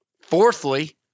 Fourthly